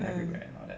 mm